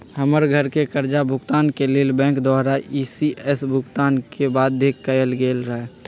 हमर घरके करजा भूगतान के लेल बैंक द्वारा इ.सी.एस भुगतान के बाध्य कएल गेल रहै